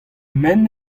men